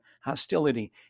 hostility